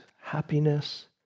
happiness